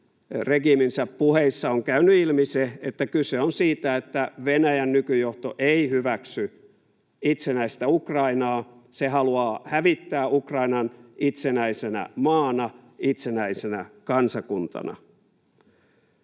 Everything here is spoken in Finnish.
regiiminsä puheissa on käynyt ilmi se, että kyse on siitä, että Venäjän nykyjohto ei hyväksy itsenäistä Ukrainaa. Se haluaa hävittää Ukrainan itsenäisenä maana, itsenäisenä kansakuntana.